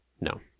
no